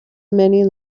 many